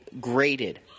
graded